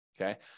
Okay